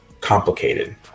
complicated